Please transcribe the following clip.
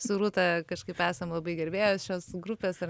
su rūta kažkaip esam labai gerbėjos šios grupės ar ne